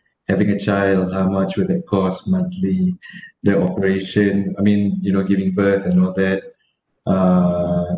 having a child on how much will they cost monthly the operation I mean you know giving birth and all that uh